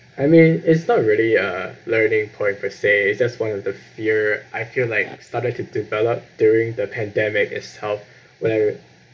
I mean it's not really a learning point per se it's just one of the fear I feel like started to develop during the pandemic itself where